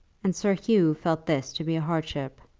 and sir hugh felt this to be a hardship.